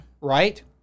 right